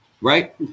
right